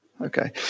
Okay